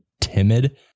timid